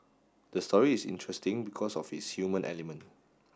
the story is interesting because of its human element